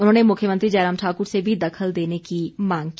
उन्होंने मुख्यमंत्री जयराम ठाकुर से भी दखल देने की मांग की